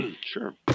Sure